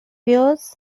yours